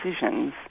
decisions